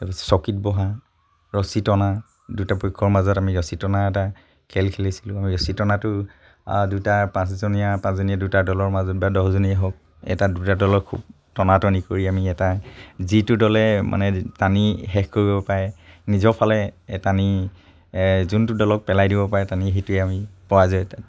তাৰপিছত চকীত বহা ৰছী টনা দুটা পক্ষৰ মাজত আমি ৰছী টনা এটা খেল খেলিছিলোঁ আমি ৰছী টনাটো দুটা পাঁচজনীয়া পাঁচজনীয়ে দুটা দলৰ মাজত বা দহজনীয়ে হওক এটা দুটা দলৰ খুব টনাটনি কৰি আমি এটা যিটো দলে মানে টানি শেষ কৰিব পাৰে নিজৰ ফালে টানি যোনটো দলক পেলাই দিব পাৰে টানি সেইটোৱে